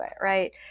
Right